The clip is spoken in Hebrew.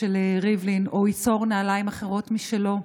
של ריבלין, או ייצור נעליים אחרות משלו,